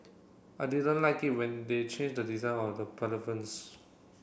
I didn't like it when they changed the design of the